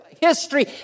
history